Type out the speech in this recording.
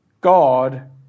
God